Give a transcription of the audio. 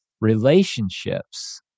relationships